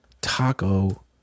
taco